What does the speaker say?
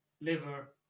liver